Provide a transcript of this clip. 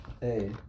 Hey